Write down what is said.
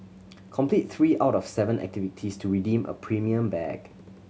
complete three out of seven activities to redeem a premium bag